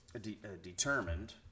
determined